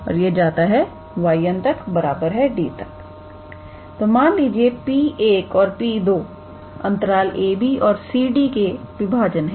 तो मान लीजिए 𝑃1और 𝑃2 𝑎 𝑏 और 𝑐 𝑑 के विभाजन है